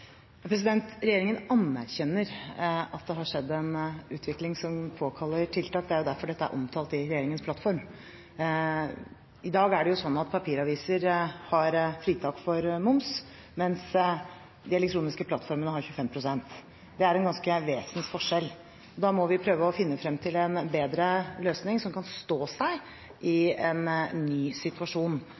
Regjeringen anerkjenner at det har skjedd en utvikling som påkaller tiltak. Det er derfor dette er omtalt i regjeringens plattform. I dag er det slik at papiraviser har fritak for moms, mens de elektroniske plattformene har 25 pst. Det er en vesensforskjell. Da må vi prøve å finne frem til en bedre løsning, som kan stå seg i en ny situasjon.